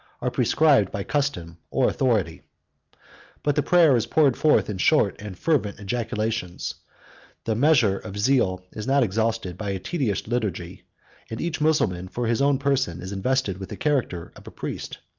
are prescribed by custom or authority but the prayer is poured forth in short and fervent ejaculations the measure of zeal is not exhausted by a tedious liturgy and each mussulman for his own person is invested with the character of a priest.